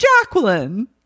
Jacqueline